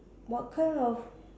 what kind of